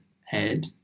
head